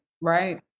right